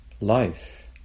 life